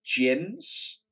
gyms